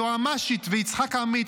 היועמ"שית ויצחק עמית,